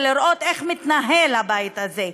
ולראות איך מתנהל הבית הזה,